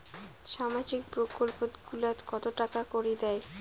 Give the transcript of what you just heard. সামাজিক প্রকল্প গুলাট কত টাকা করি দেয়?